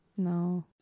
No